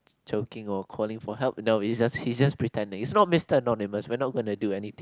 choking or calling for help no it's just he's just pretending it's not Mister Anonymous we are not going to do anything